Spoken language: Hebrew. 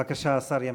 בבקשה, השר ימשיך.